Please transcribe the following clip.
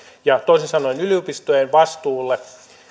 ja toisin sanoen yliopistojen vastuulle